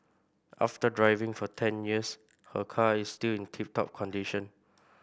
after driving for ten years her car is still in tip top condition